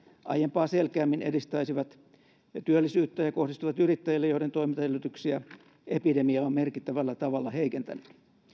aiempaa selkeämmin edistäisivät työllisyyttä ja kohdistuvat yrittäjille joiden toimintaedellytyksiä epidemia on merkittävällä tavalla heikentänyt